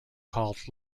called